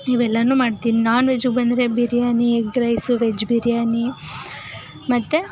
ಇವೆಲ್ಲನೂ ಮಾಡ್ತೀನಿ ನಾನ್ ವೆಜ್ಜಿಗೆ ಬಂದರೆ biryani egg rice veg biryani ಮತ್ತು